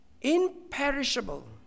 imperishable